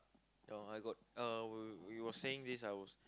oh I got uh we were saying this I was